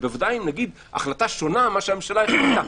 ודאי נגיד: החלטה שונה ממה שהממשלה החליטה,